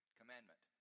commandment